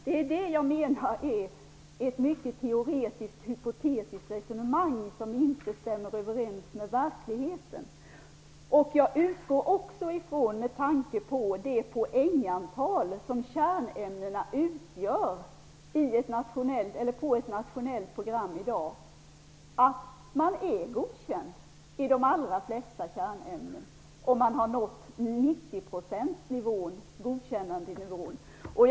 Det är det som jag menar är ett mycket teoretiskt, hypotetiskt resonemang, som inte stämmer överens med verkligheten. Jag utgår också från, med tanke på det poängantal som kärnämnena omfattar på ett nationellt program i dag, att man är godkänd i de allra flesta kärnämnen om man har nått 90-procentsnivån, godkändnivån.